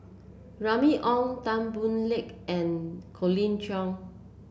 Remy Ong Tan Boo Liat and Colin Cheong